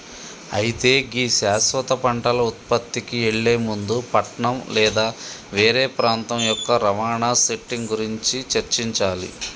అయితే గీ శాశ్వత పంటల ఉత్పత్తికి ఎళ్లే ముందు పట్నం లేదా వేరే ప్రాంతం యొక్క రవాణా సెట్టింగ్ గురించి చర్చించాలి